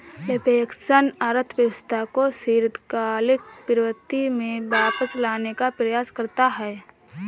reflection अर्थव्यवस्था को दीर्घकालिक प्रवृत्ति में वापस लाने का प्रयास करता है